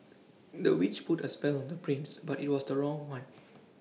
the witch put A spell on the prince but IT was the wrong one